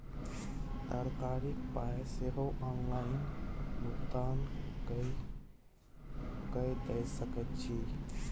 तरकारीक पाय सेहो ऑनलाइन भुगतान कए कय दए सकैत छी